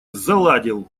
заладил